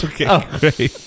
Okay